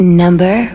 number